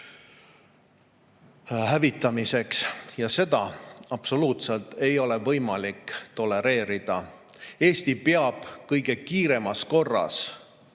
hävitamisele ja seda absoluutselt ei ole võimalik tolereerida. Eesti peab kõige kiiremas korras